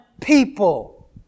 people